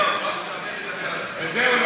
עזוב, זהו?